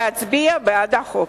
להצביע בעד החוק.